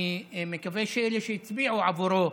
אני מקווה שאלה שהצביעו עבורו,